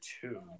two